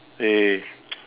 eh